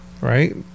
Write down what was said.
right